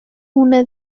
una